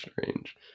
Strange